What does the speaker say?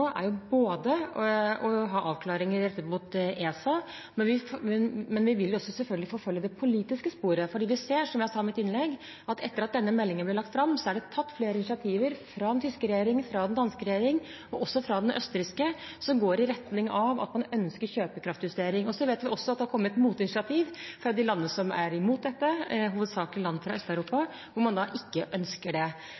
er å ha avklaringer rettet mot ESA, men vi vil selvfølgelig også forfølge det politiske sporet. For vi ser, som jeg sa i mitt innlegg, at etter at denne meldingen ble lagt fram, er det tatt flere initiativ fra den tyske regjering, fra den danske regjering og også fra den østerrikske som går i retning av at man ønsker kjøpekraftsjustering. Så vet vi også at det har kommet motinitiativ fra de landene som er imot dette, hovedsakelig land fra Øst-Europa, hvor man da ikke ønsker det. Så vår oppgave vil naturligvis også være å jobbe politisk overfor våre kollegaer i Europa